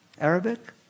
Arabic